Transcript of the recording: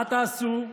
מה תעשו?